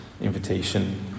invitation